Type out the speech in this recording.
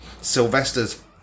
Sylvester's